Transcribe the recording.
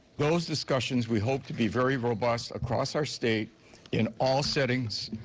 those discussions we hope to be very robust across our state in all settings.